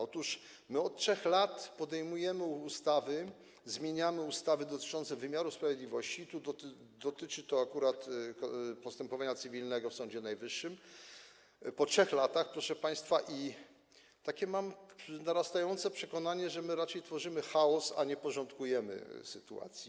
Otóż my od 3 lat podejmujemy ustawy, zmieniamy ustawy dotyczące wymiaru sprawiedliwości - i tu dotyczy to akurat postępowania cywilnego w Sądzie Najwyższym - i po 3 latach, proszę państwa, mam takie narastające przekonanie, że raczej tworzymy chaos, a nie porządkujemy sytuację.